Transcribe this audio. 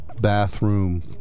bathroom